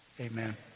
Amen